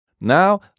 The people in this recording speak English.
Now